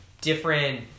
different